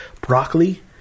broccoli